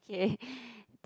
okay